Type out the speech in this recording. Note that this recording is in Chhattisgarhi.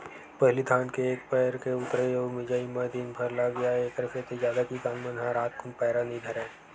पहिली धान के एक पैर के ऊतरई अउ मिजई म दिनभर लाग जाय ऐखरे सेती जादा किसान मन ह रातकुन पैरा नई धरय